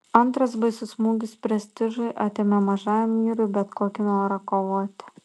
antras baisus smūgis prestižui atėmė mažajam myrui bet kokį norą kovoti